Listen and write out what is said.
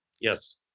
Yes